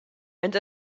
and